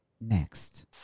next